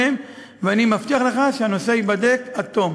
ואני מבטיח לך שהנושא ייבדק עד תום.